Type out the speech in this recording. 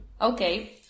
Okay